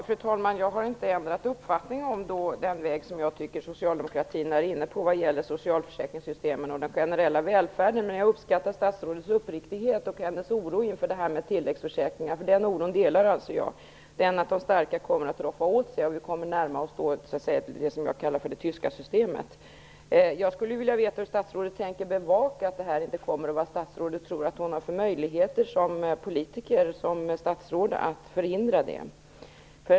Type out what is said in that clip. Fru talman! Jag har inte ändrat uppfattning om den väg som jag tycker att socialdemokratin är inne på vad gäller socialförsäkringssystemen och den generella välfärden. Jag uppskattar dock statsrådets uppriktighet och hennes oro i frågan om tilläggsförsäkringar. Jag delar oron för att de starka kommer att roffa åt sig, så att vi närmar oss det som jag kallar det tyska systemet. Jag skulle vilja veta hur statsrådet tänker bevaka att det här inte kommer att inträffa och vilka möjligheter statsrådet tror att hon har som politiker och statsråd att förhindra det.